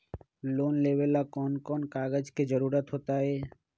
Loan लेवेला कौन कौन कागज के जरूरत होतई?